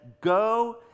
go